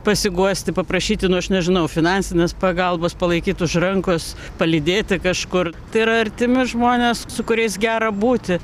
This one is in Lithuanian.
pasiguosti paprašyti nu aš nežinau finansinės pagalbos palaikyt už rankos palydėti kažkur tai yra artimi žmonės su kuriais gera būti